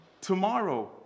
tomorrow